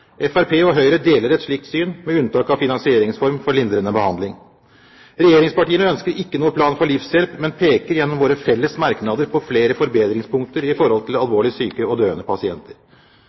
og Høyre deler et slikt syn, med unntak av finansieringsform for lindrende behandling. Regjeringspartiene ønsker ikke noen plan for livshjelp, men peker gjennom våre felles merknader på flere forbedringspunkter med tanke på alvorlig syke og døende pasienter.